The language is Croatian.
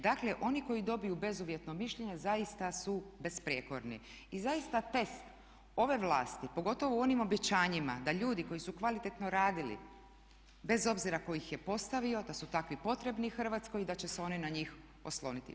Dakle, oni koji dobiju bezuvjetno mišljenje zaista su besprijekorni i zaista test ove vlasti, pogotovo u onim obećanjima da ljudi koji su kvalitetno radili bez obzira tko ih je postavio da su takvi potrebni Hrvatskoj i da će se oni na njih osloniti.